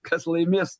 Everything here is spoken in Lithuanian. kas laimės